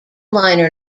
liner